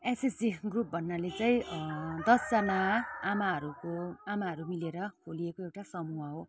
SHG group भन्नाले चाहिँ दसजना आमाहरूको आमाहरू मिलेर खोलिएको एउटा समूह हो